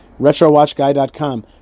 RetroWatchGuy.com